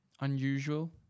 unusual